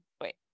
Wait